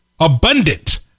abundant